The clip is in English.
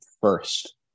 first